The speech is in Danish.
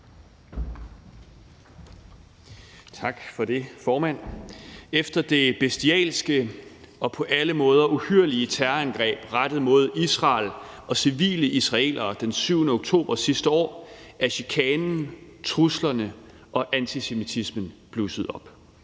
Tak for det, formand. Efter det bestialske og på alle måder uhyrlige terrorangreb rettet mod Israel og civile israelere den 7. oktober sidste år er chikanen, truslerne og antisemitismen blusset op.